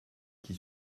qui